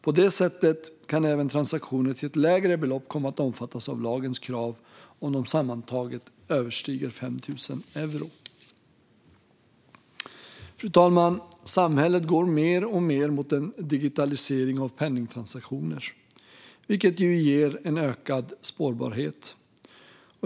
På det sättet kan även transaktioner till ett lägre belopp komma att omfattas av lagens krav, om de sammantaget överstiger 5 000 euro. Fru talman! Samhället går mer och mer mot en digitalisering av penningtransaktioner, vilket ger en ökad spårbarhet.